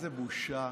איזה בושה.